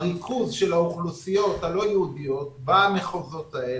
הריכוז של האוכלוסיות הלא יהודיות במחוזות האלה,